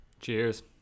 Cheers